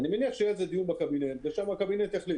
אני מניח שיהיה על זה דיון בקבינט והקבינט יחליט.